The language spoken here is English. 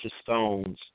stones